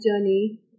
journey